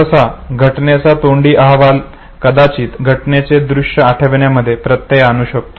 सहसा घटनेचा तोंडी अहवाल कदाचित घटनेचे दृश्य आठविण्यामध्ये व्यत्यय आणू शकतो